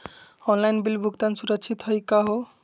Online bill भुगतान सुरक्षित हई का हो?